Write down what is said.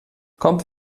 kommt